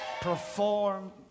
perform